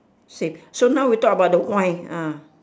six so now we talk about the wine ah